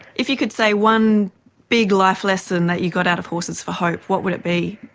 if you could say one big life lesson that you got out of horses for hope, what would it be?